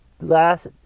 last